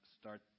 Start